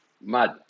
Mad